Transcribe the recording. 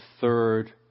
third